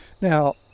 now